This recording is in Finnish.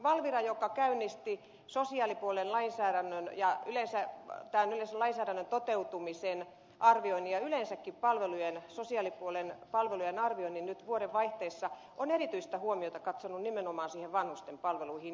valvira joka käynnisti sosiaalipuolen lainsäädännön ja tämän yleisen lainsäädännön toteutumisen arvioinnin ja yleensäkin sosiaalipuolen palvelujen arvioinnin nyt vuodenvaihteessa on erityistä huomiota kiinnittänyt nimenomaan vanhusten palveluihin